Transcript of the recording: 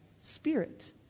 spirit